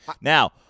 Now